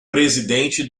presidente